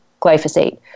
glyphosate